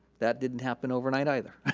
that didn't happen overnight either.